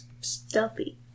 stealthy